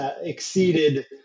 exceeded